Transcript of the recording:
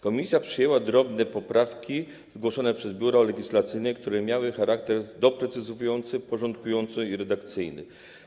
Komisja przyjęła drobne poprawki zgłoszone przez Biuro Legislacyjne, które miały charakter doprecyzowujący, porządkujący i redakcyjny.